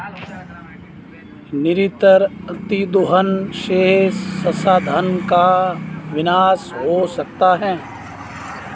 निरंतर अतिदोहन से संसाधन का विनाश हो सकता है